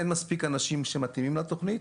אין מספיק אנשים שמתאימים לתוכנית.